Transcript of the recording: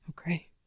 Okay